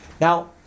Now